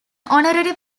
honorary